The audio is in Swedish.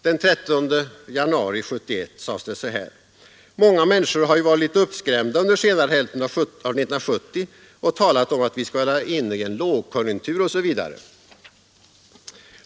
Den 13 januari 1971 sades det: ”Många människor har ju varit lite uppskrämda under den senare hälften av 1970 och talat om att vi skulle vara inne i en lågkonjunktur osv.